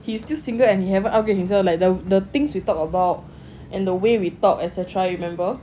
he's still single and you haven't upgrade himself like the the things we talk about and the way we talk et cetera you remember ya ya